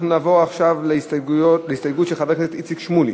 אנחנו נעבור עכשיו להסתייגות של חבר הכנסת איציק שמולי,